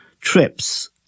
trips